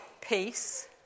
peace